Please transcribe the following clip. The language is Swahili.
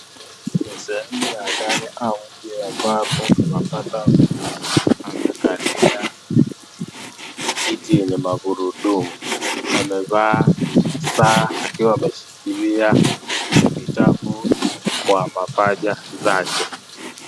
Ni sehemu ya gari au nje tunapata amekalia kiti yenye magurudumu amevaa saa akiwa ameshikilia vitabu kwa mapaja zake.